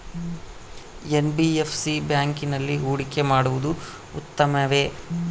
NBFC ಬ್ಯಾಂಕಿನಲ್ಲಿ ಹೂಡಿಕೆ ಮಾಡುವುದು ಉತ್ತಮವೆ?